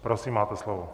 Prosím, máte slovo.